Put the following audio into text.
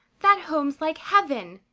that home's like heaven!